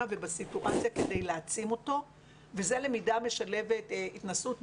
ובסיטואציה כדי להעצים אותו וזה למידה משלבת התנסות מעשית.